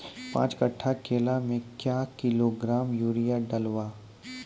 पाँच कट्ठा केला मे क्या किलोग्राम यूरिया डलवा?